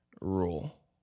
rule